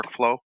workflow